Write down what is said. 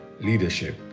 leadership